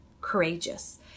courageous